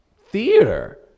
Theater